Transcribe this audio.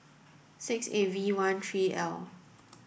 six eight V one three L